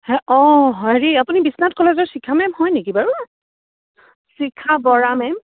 হেঁ অঁ হেৰি আপুনি বিশ্বনাথ কলেজৰ শিখা মেম হয় নেকি বাৰু শিখা বৰা মেম